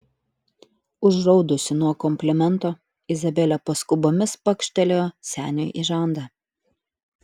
užraudusi nuo komplimento izabelė paskubomis pakštelėjo seniui į žandą